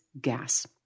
gas